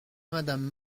madame